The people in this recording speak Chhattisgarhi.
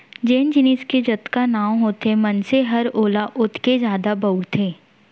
जेन जिनिस के जतका नांव होथे मनसे हर ओला ओतके जादा बउरथे